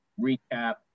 recap